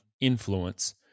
influence